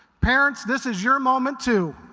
parents this is your moment to.